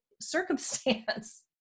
circumstance